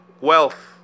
wealth